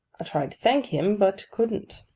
i tried to thank him, but couldn't.